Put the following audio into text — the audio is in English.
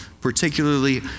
particularly